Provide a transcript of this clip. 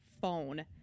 phone